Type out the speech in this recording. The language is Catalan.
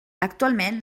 actualment